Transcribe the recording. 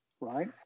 right